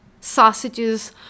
sausages